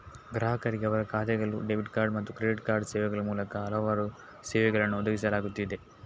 ಗ್ರಾಹಕರಿಗೆ ಅವರ ಖಾತೆಗಳು, ಡೆಬಿಟ್ ಕಾರ್ಡ್ ಮತ್ತು ಕ್ರೆಡಿಟ್ ಕಾರ್ಡ್ ಸೇವೆಗಳ ಮೂಲಕ ಹಲವಾರು ಸೇವೆಗಳನ್ನು ಒದಗಿಸಲಾಗುತ್ತಿದೆ